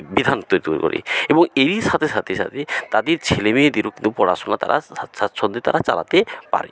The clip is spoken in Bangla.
বিধান তো তৈরি করে এবং এই সাথে সাথে সাথে তাদের ছেলে মেয়েদেরও কিন্তু পড়াশোনা তারা স্বাচ্ছন্দে তারা চালাতে পারে